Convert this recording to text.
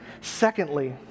Secondly